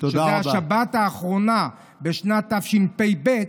שזו השבת האחרונה בשנת תשפ"ב,